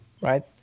right